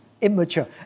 immature